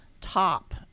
top